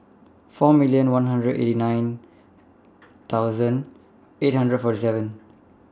four million one hundred eighty nine thousand eight hundred forty seven